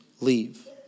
leave